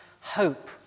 hope